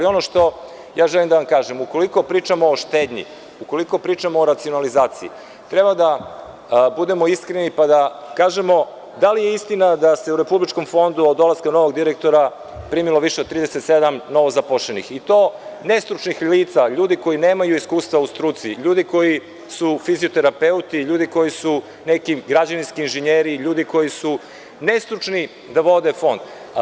Ono što želim da vam kažem, ukoliko pričamo o štednji, o racionalizaciji, treba da budemo iskreni pa da kažemo da li je istina da se u Republičkom fondu od dolaska novog direktora primilo više od 37 novozaposlenih i to nestručnih lica, ljudi koji nemaju iskustva u struci, ljudi koji su fizioterapeuti, ljudi koji su neki građevinski inženjeri, ljudi koji su nestručni da vode Fond?